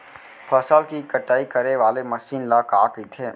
फसल की कटाई करे वाले मशीन ल का कइथे?